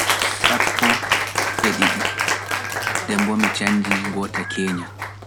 Sappo e didi (twelve) nden bo mi canji ngota(one) kenya